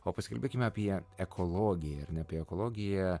o pasikalbėkime apie ekologiją ar ne apie ekologiją